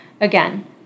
again